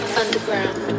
underground